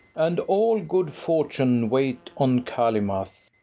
and all good fortune wait on calymath!